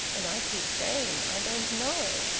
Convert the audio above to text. and i keep saying i don't know.